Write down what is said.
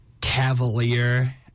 cavalier-